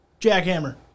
jackhammer